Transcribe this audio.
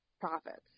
profits